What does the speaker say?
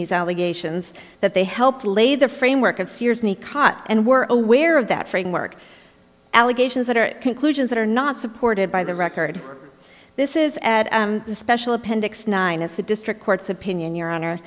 these allegations that they helped lay the framework of sears and he caught and we're aware of that framework allegations that are conclusions that are not supported by the record this is at the special appendix ninus the district court's opinion your honor